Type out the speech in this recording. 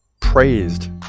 praised